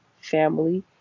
family